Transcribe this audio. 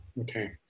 Okay